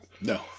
No